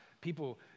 people